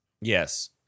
Yes